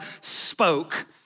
spoke